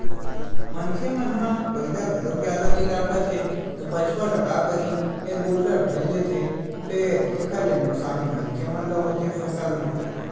मनखे मन ह बइला घलोक जादा नइ राखत हे त बछवा ल का करही ए गोल्लर ढ़ील देथे फेर एखर ले नुकसानी मनखे मन ल होथे फसल म